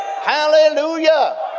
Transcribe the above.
Hallelujah